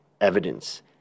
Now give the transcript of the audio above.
Evidence